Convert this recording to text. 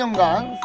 um long